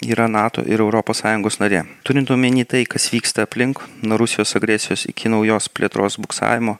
yra nato ir europos sąjungos narė turint omeny tai kas vyksta aplink nuo rusijos agresijos iki naujos plėtros buksavimo